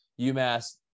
UMass